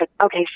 Okay